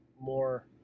more